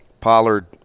Pollard